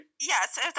Yes